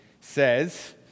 says